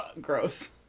gross